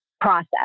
process